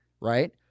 right